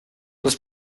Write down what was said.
los